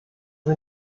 sie